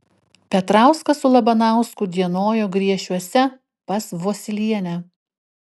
petrauskas su labanausku dienojo griešiuose pas vosylienę